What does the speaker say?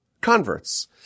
converts